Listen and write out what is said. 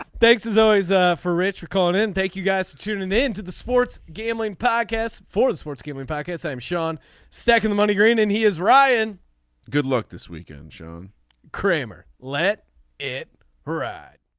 thanks as always ah for richard calling in. thank you guys. tune and in to the sports gambling podcast for the sports gaming package. i'm sean stick in the money green and he is ryan good luck this weekend sean kramer. let it ride.